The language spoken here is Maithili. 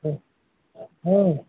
हँ